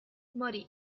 morì